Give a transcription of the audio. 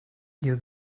you